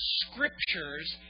scriptures